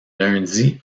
lundis